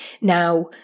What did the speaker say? Now